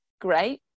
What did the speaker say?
great